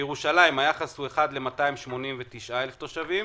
בירושלים היחס הוא אחד ל-289,000 תושבים,